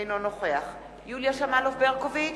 אינו נוכח יוליה שמאלוב-ברקוביץ,